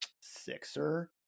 sixer